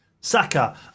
Saka